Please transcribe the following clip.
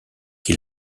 qui